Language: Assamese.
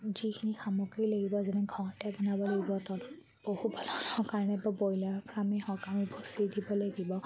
যিখিনি সামগ্ৰী লাগিব যেনে ঘৰ এটা বনাব লাগিব তলত পশুপালনৰ কাৰণে বা ব্ৰইলাৰ ফাৰ্মেই হওক আমি ভুচি দিব লাগিব